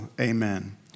amen